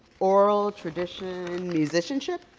oral tradition musicianship?